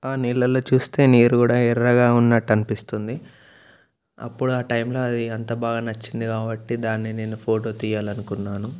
ఆ నీళ్ళల్లో చూస్తే నీరు కూడా ఎర్రగా ఉన్నటు అనిపిస్తుంది అప్పుడు ఆ టైమ్లో అది అంత బాగా నచ్చింది కాబట్టి దాన్ని నేను ఫోటో తియ్యాలనుకున్నాను